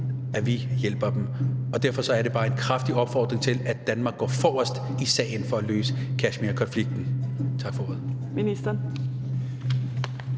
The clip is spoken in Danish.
at vi hjælper dem. Derfor er det bare en kraftig opfordring til, at Danmark går forrest i sagen for at løse Kashmir-konflikten. Tak for ordet. Kl.